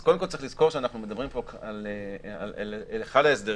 אז קודם כול צריך לזכור שאנחנו מדברים פה על אחד ההסדרים